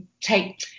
take